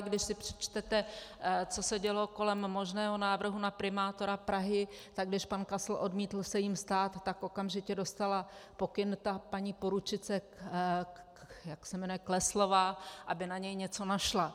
Když si přečtete, co se dělo kolem možného návrhu na primátora Prahy, tak když pan Kasl odmítl se jím stát, tak okamžitě dostala pokyn ta paní poručice, jak se jmenuje?, Kleslová, aby na něj něco našla.